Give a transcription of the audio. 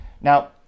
Now